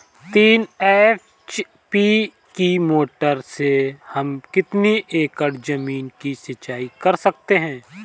तीन एच.पी की मोटर से हम कितनी एकड़ ज़मीन की सिंचाई कर सकते हैं?